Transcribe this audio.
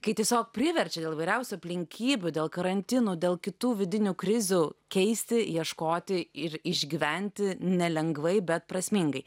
kai tiesiog priverčia dėl įvairiausių aplinkybių dėl karantino dėl kitų vidinių krizių keisti ieškoti ir išgyventi nelengvai bet prasmingai